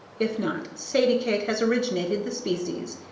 if not, sadie kate has originated the species.